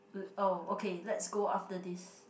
oh okay let's go after this